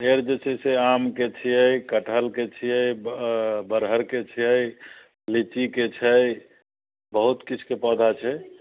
पेड़ जे छै से आमके छियै कटहलके छियै बड़हरके छियै लीचीके छै बहुत किछुके पौधा छै